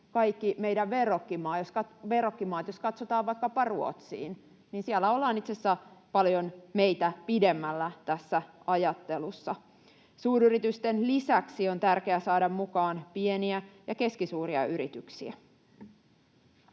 kaikki meidän verrokkimaamme. Jos katsotaan vaikkapa Ruotsiin, niin siellä ollaan itse asiassa paljon meitä pidemmällä tässä ajattelussa. Suuryritysten lisäksi on tärkeää saada mukaan pieniä ja keskisuuria yrityksiä.